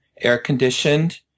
air-conditioned